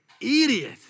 idiot